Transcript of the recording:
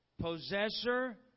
possessor